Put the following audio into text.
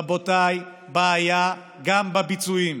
רבותיי, בעיה גם בביצועים.